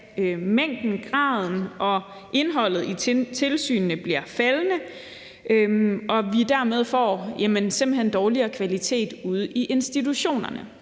mængden af, graden og indholdet i tilsynene bliver faldende, og at vi dermed simpelt hen får en dårligere kvalitet ude i institutionerne.